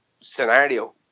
scenario